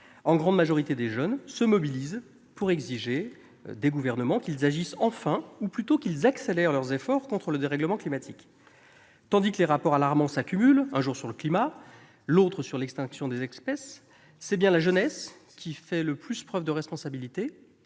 en grande majorité des jeunes, se mobilisent pour exiger des gouvernements qu'ils agissent enfin, ou plutôt qu'ils accélèrent leurs efforts, contre le dérèglement climatique. Tandis que les rapports alarmants s'accumulent - un jour sur le climat, l'autre sur l'extinction des espèces -, c'est bien la jeunesse qui se montre la plus responsable